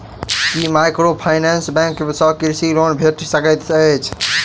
की microfinance bank सँ कृषि loan भेटि सकैत अछि?